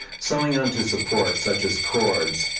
sewing onto supports such as cords,